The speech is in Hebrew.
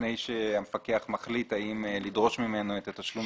לפני שהמפקח מחליט האם לדרוש ממנו את התשלום